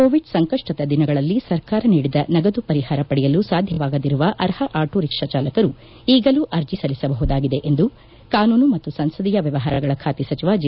Covid ಸಂಕಷ್ವದ ದಿನಗಳಲ್ಲಿ ಸರ್ಕಾರ ನೀಡಿದ ನಗದು ಪರಿಹಾರ ಪಡೆಯಲು ಸಾಧ್ಯವಾಗದಿರುವ ಅರ್ಹ ಆಟೋ ರಿಕ್ಷಾ ಚಾಲಕರು ಈಗಲೂ ಅರ್ಜಿ ಸಲ್ಲಿಸಬಹುದಾಗಿದೆ ಎಂದು ಕಾನೂನು ಮತ್ತು ಸಂಸದೀಯ ವ್ಯವಹಾರಗಳ ಖಾತೆ ಸಚಿವ ಜೆ